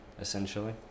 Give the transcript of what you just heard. essentially